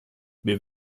wir